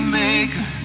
maker